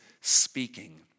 speaking